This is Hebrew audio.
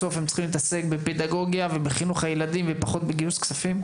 בסוף הם צריכים להתעסק בפדגוגיה ובחינוך הילדים ופחות בגיוס כספים.